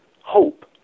hope